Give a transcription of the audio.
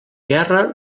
guerra